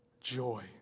joy